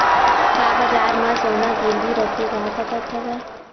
का बजार म सोना गिरवी रखे जा सकत हवय?